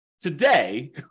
today